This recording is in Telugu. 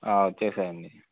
వచ్చేసాయి అండీ